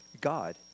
God